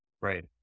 Right